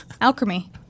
Alchemy